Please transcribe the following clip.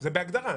זה בהגדרה.